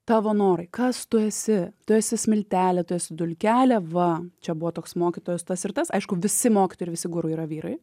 tavo norai kas tu esi tu esi smiltelė tu esi dulkelė va čia buvo toks mokytojas tas ir tas aišku visi mokytojai ir visi guru yra vyrai